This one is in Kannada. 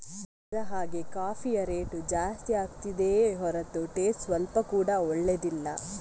ದಿನ ಕಳೆದ ಹಾಗೇ ಕಾಫಿಯ ರೇಟು ಜಾಸ್ತಿ ಆಗ್ತಿದೆಯೇ ಹೊರತು ಟೇಸ್ಟ್ ಸ್ವಲ್ಪ ಕೂಡಾ ಒಳ್ಳೇದಿಲ್ಲ